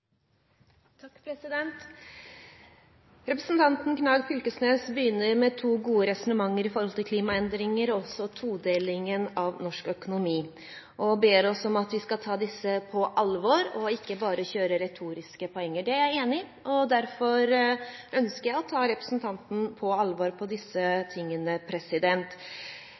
Representanten Knag Fylkesnes begynner med to gode resonnementer om klimaendringer og todelingen av norsk økonomi, og ber oss om at vi skal ta disse på alvor og ikke bare kjøre retoriske poenger. Det er jeg enig i, og derfor ønsker jeg å ta representanten på alvor når det gjelder disse tingene.